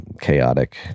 chaotic